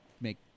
make